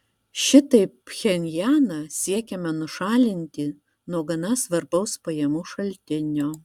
šitaip pchenjaną siekiama nušalinti nuo gana svarbaus pajamų šaltinio